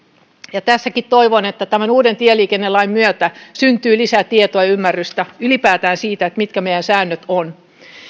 tässäkin toivon että tämän uuden tieliikennelain myötä syntyy lisää tietoa ja ymmärrystä ylipäätään siitä mitkä meidän sääntömme ovat